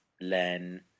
Len